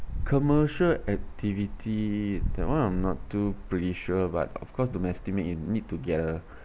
commercial activity that one I'm not too pretty sure but of course to estimate you need to get a